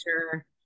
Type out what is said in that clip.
sure